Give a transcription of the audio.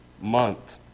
month